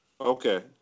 Okay